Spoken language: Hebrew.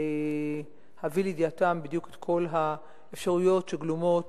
להביא לידיעתם בדיוק את כל האפשרויות שגלומות,